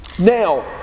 Now